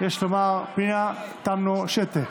יש לומר פנינה תָמְּנֹו שֶׁטה,